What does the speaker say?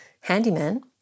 handyman